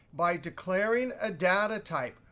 by declaring a data type,